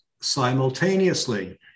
simultaneously